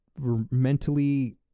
mentally